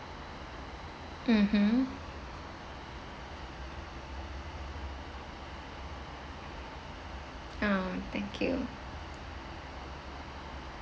mmhmm oh thank you